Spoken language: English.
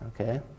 Okay